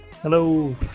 Hello